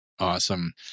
Awesome